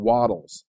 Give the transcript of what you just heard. Waddles